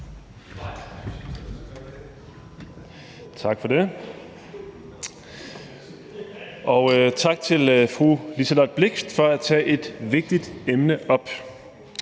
Tak for det. Og tak til fru Liselott Blixt for at tage et vigtigt emne op.